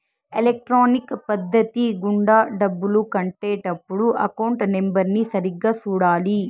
electronic పద్ధతి గుండా డబ్బులు కట్టే టప్పుడు అకౌంట్ నెంబర్ని సరిగ్గా సూడాలి